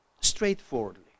straightforwardly